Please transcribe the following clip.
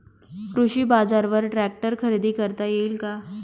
कृषी बाजारवर ट्रॅक्टर खरेदी करता येईल का?